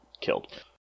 killed